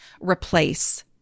replace